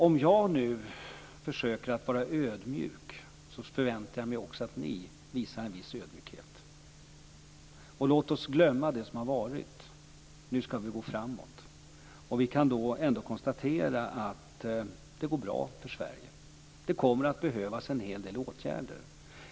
Om jag försöker att vara ödmjuk, förväntar jag mig också att ni visar en viss ödmjukhet. Låt oss glömma det som har varit. Nu skall vi gå framåt. Vi kan då konstatera att det går bra för Sverige. Det kommer att behöva vidtas en hel del åtgärder.